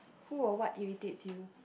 who or what irritates you